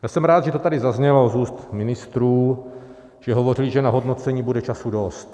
Já jsem rád, že to tady zaznělo z úst ministrů, že hovořili, že na hodnocení bude času dost.